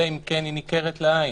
אלא אם כן היא ניכרת לעין.